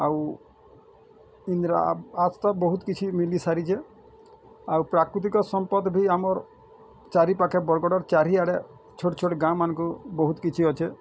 ଆଉ ବହୁତ୍ କିଛି ମିଲି ସାରିଛେ ଆଉ ପ୍ରାକୃତିକ ସମ୍ପଦ ବି ଆମର୍ ଚାରିପାଖେ ବରଗଡ଼ର ଚାରି ଆଡ଼େ ଛୋଟ୍ ଛୋଟ୍ ଗାଁ ମାନଙ୍କୁ ବହୁତ୍ କିଛି ଅଛେଁ